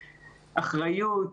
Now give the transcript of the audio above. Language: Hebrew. אחריות,